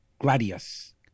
Gladius